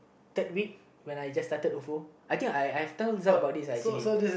third week when I just started ofo I think I've told Zack about this ah actually